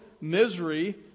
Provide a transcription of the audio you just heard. Misery